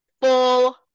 full